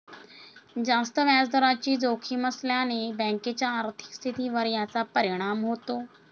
जास्त व्याजदराची जोखीम असल्याने बँकेच्या आर्थिक स्थितीवर याचा परिणाम होतो